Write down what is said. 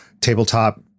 tabletop